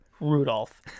Rudolph